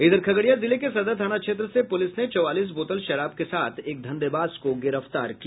इधर खगड़िया जिले के सदर थाना क्षेत्र से पुलिस ने चौवालीस बोतल शराब के साथ एक धंधेबाज को गिरफ्तार किया